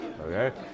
Okay